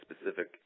specific